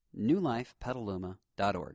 newlifepetaluma.org